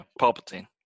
Palpatine